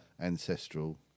ancestral